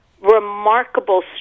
remarkable